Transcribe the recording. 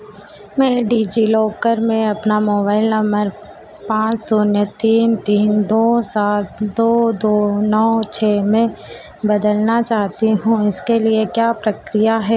मैं डिजिलॉकर में अपना मोबाइल नंबर पाँच शून्य तीन तीन दो सात दो दो नौ छः में बदलना चाहती हूँ इसके लिए क्या प्रक्रिया है